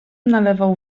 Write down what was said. nalewał